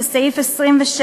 לסעיף 26,